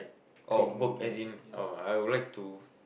oh work as in oh I would like to